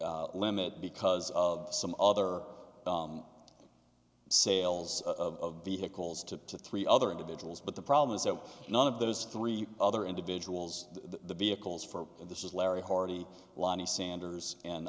limit because of some other sales of vehicles to three other individuals but the problem is that none of those three other individuals the vehicles for this is larry hardy loni sanders